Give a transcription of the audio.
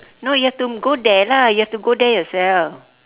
no you have to go there lah you have to go there yourself